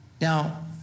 Now